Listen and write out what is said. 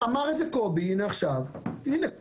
אמר קודם קובי בטר,